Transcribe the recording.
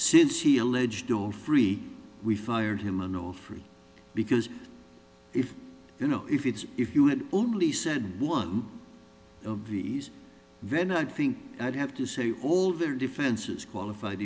since he alleged all three we fired him and all three because if you know if it's if you had only said one of these vent i think i'd have to say all their defenses qualified